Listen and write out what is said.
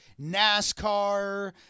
NASCAR